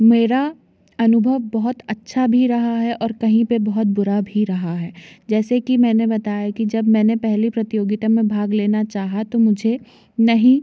मेरा अनुभव बहुत अच्छा भी रहा है और कहीं पर बहुत बुरा भी रहा है जैसे कि मैंने बताया कि जब मैंने पहली प्रतियोगिता में भाग लेना चाहा तो मुझे नहीं